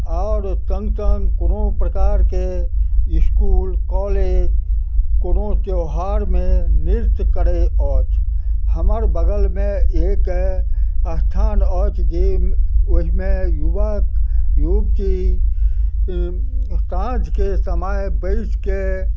आओर सङ्ग सङ्ग कोनो प्रकारके इसकुल कॉलेज कोनो त्योहारमे नृत्य करय अछि हमर बगलमे एक स्थान अछि जे ओहिमे युवक युवती साँझके समय बैसके